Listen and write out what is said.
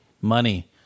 Money